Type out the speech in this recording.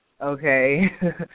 okay